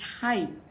type